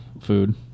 food